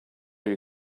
you